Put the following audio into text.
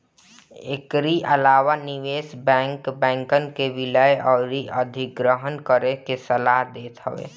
एकरी अलावा निवेश बैंक, बैंकन के विलय अउरी अधिग्रहण करे के सलाह देत हवे